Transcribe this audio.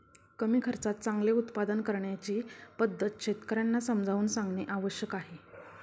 कमी खर्चात चांगले उत्पादन करण्याची पद्धत शेतकर्यांना समजावून सांगणे आवश्यक आहे